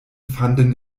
fanden